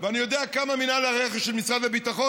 ואני יודע כמה מינהל הרכש של משרד הביטחון